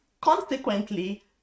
Consequently